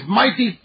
mighty